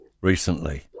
recently